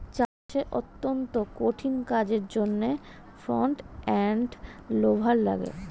চাষের অত্যন্ত কঠিন কাজের জন্যে ফ্রন্ট এন্ড লোডার লাগে